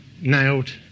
nailed